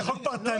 זה חוק פרטני,